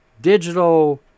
digital